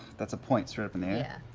that's a point, straight up in the air.